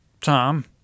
Tom